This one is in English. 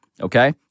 okay